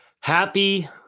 Happy